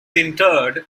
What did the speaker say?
interred